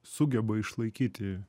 sugeba išlaikyti